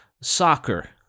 Soccer